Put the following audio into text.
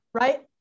Right